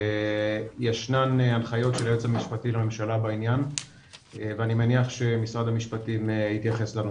ישנן הנחיות של היועמ"ש בעניין ואני מניח שמשרד המשפטים התייחס לנושא.